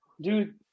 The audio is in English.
dude